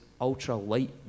ultra-light